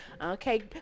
okay